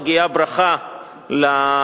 מגיעה ברכה לממשלה,